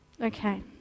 Okay